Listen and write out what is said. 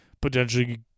potentially